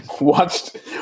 Watched